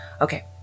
Okay